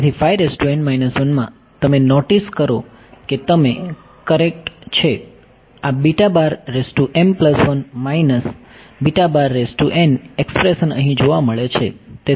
તેથી મા તમે નોટીસ કરો કે તે કરેક્ટ છે આ એક્સપ્રેશન અહી જોવા મળે છે